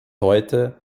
heute